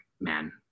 man